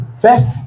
first